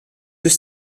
deux